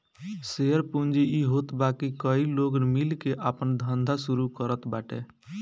share पूंजी इ होत बाकी कई लोग मिल के आपन धंधा शुरू करत बाटे